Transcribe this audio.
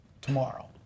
tomorrow